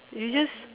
you just